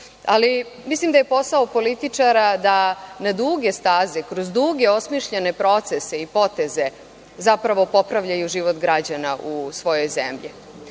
ali mislim da je posao političara da na duge staze kroz duge osmišljene procese i poteze zapravo popravljaju život građana u svojoj zemlji. Mislim